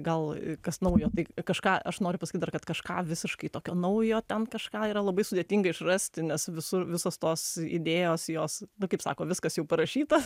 gal e kas naujo tai kažką aš noriu pasakyt dar kad kažką visiškai tokio naujo ten kažką yra labai sudėtinga išrasti nes visur visos tos idėjos jos kaip sako viskas jau parašyta